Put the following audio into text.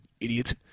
Idiot